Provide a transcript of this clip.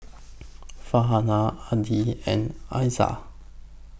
Farhanah Adi and Aizat